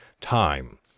time